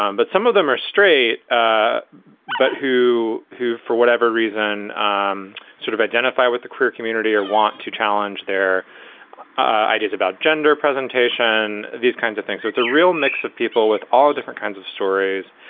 um but some of them are straight. ah but who who for whatever reason, um sort of identify with the queer community or want to challenge their ideas about gender presentation. these kinds of things. so it's a real mix of people with all different kinds of stories.